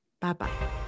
bye-bye